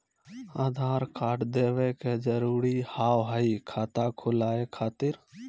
आधार कार्ड देवे के जरूरी हाव हई खाता खुलाए खातिर?